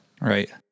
right